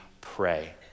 pray